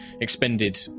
expended